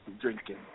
drinking